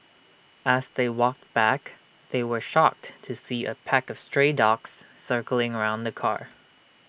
as they walked back they were shocked to see A pack of stray dogs circling around the car